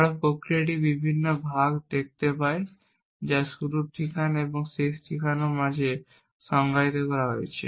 আমরা প্রক্রিয়াটির বিভিন্ন বিভাগ দেখতে পাই যা শুরুর ঠিকানা এবং শেষ ঠিকানার সামনে সংজ্ঞায়িত করা হয়েছে